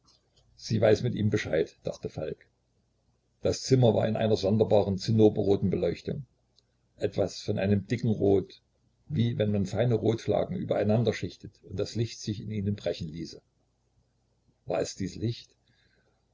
sie weiß mit ihm bescheid dachte falk das zimmer war in einer sonderbaren zinnoberroten beleuchtung etwas von einem dicken rot wie wenn man feine rotlagen übereinander schichtete und das licht sich in ihnen brechen ließe war es dies licht